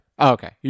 Okay